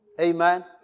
Amen